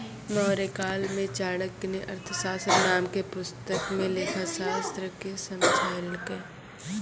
मौर्यकाल मे चाणक्य ने अर्थशास्त्र नाम के पुस्तक मे लेखाशास्त्र के समझैलकै